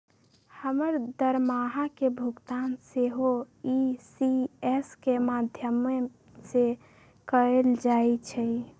हमर दरमाहा के भुगतान सेहो इ.सी.एस के माध्यमें से कएल जाइ छइ